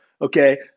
okay